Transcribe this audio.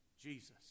Jesus